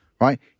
right